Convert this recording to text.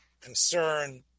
concern